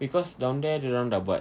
because down there dorang dah buat